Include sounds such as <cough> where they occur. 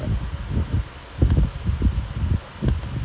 okay lah but the thing is malay got less people lah you know the population know <laughs>